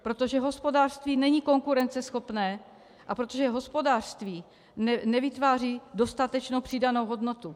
Protože hospodářství není konkurenceschopné a protože hospodářství nevytváří dostatečnou přidanou hodnotu.